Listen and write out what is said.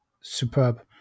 superb